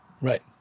Right